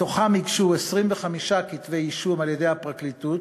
מתוכם הוגשו 25 כתבי אישום על-ידי הפרקליטות,